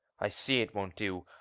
i see it won't do.